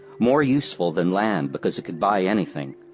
more useful than land because it could buy anything.